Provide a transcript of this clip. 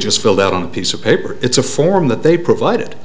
just filled out on a piece of paper it's a form that they provided